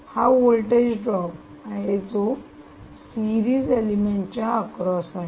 हा voltage drop आहे जो सिरीज एलिमेंट च्या अक्रॉस आहे